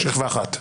שכבה אחת.